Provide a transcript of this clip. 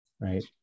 right